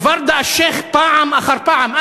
וורדה אלשיך פעם אחר פעם.